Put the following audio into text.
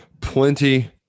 plenty